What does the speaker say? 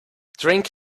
drink